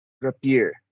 rapier